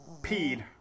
peed